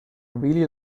really